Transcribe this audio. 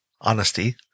Honesty